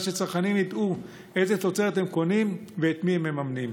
שהצרכנים ידעו איזו תוצרת הם קונים ואת מי הם מממנים.